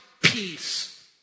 peace